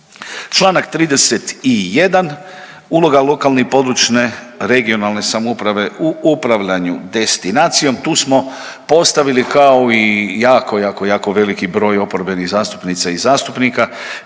Članak 31. uloga lokalne i područne, regionalne samouprave u upravljanju destinacijom. Tu smo postavili kao i jako, jako, jako veliki broj oporbenih zastupnica i zastupnika.